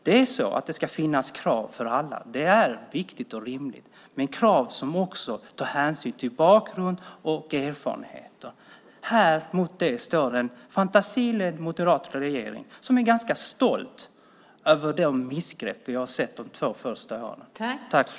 Det ska finnas krav för alla - det är viktigt och rimligt - men då krav som är sådana att hänsyn också tas till bakgrund och erfarenheter. Mot detta står en fantasilös moderatledd regering som är ganska stolt över de missgrepp som vi sett under dess två första regeringsår.